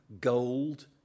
gold